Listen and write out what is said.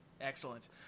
Excellent